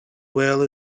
well